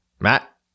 matt